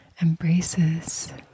embraces